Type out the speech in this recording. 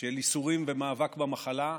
של ייסורים במאבק במחלה,